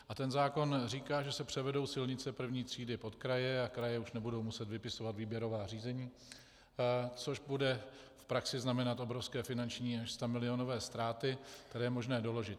A ten zákon říká, že se převedou silnice I. třídy pod kraje a kraje už nebudou muset vypisovat výběrová řízení, což bude v praxi znamenat obrovské finanční, až stamilionové ztráty, které je možné doložit.